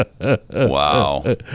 Wow